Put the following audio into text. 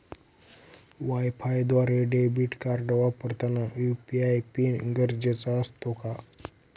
वायफायद्वारे debit card वापरताना UPI PIN गरजेचा असतो का?